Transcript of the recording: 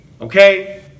okay